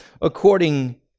according